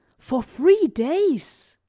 for three days!